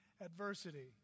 adversity